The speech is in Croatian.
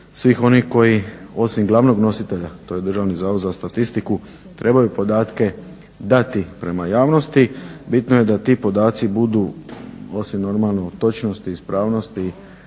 svih onih koji osim glavnog nositelja, to je Državni zavod za statistiku, trebaju podatke dati prema javnosti, bitno je da ti podaci budu osim normalno točnosti i ispravnosti